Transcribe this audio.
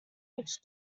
which